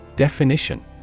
Definition